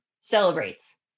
celebrates